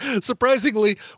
surprisingly